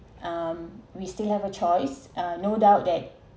um we still have a choice uh no doubt that